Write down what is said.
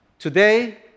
Today